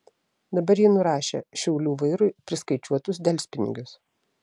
dabar ji nurašė šiaulių vairui priskaičiuotus delspinigius